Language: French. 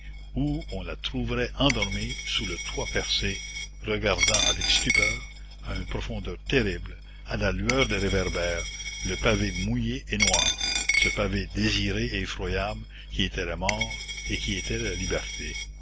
où on la trouverait endormie sous le toit percé regardant avec stupeur à une profondeur terrible à la lueur des réverbères le pavé mouillé et noir ce pavé désiré et effroyable qui était la mort et qui était la liberté